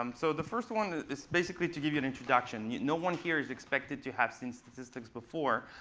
um so the first one is basically to give you an introduction. no one here is expected to have seen statistics before,